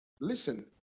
listen